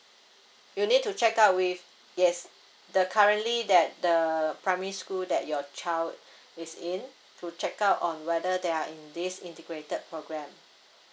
you need to check out with yes the currently that the primary school that your child is in to check out on whether they are in this integrated program